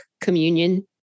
Communion